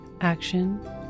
action